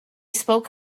spoke